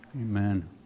Amen